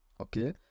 Okay